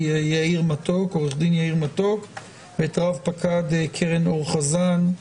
עורך הדין יאיר מתוק ורב-פקד קרן אור חזן,